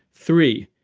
three,